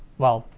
well,